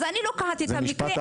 אז אני לוקחת את המקרה,